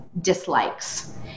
dislikes